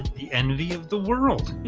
the envy of the world